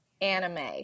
anime